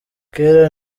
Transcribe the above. kera